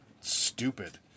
Stupid